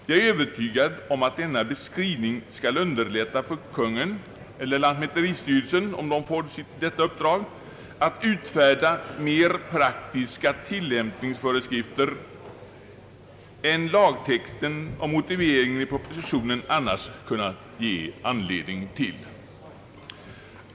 Jag är övertygad om att denna skrivning skall underlätta för Kungl. Maj:t, eller lantmäteristyrelsen om den får detta uppdrag, att utfärda mer praktiska tilllämpningsföreskrifter än lagtexten och motiveringen i propositionen annars kunnat ge anledning till.